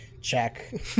check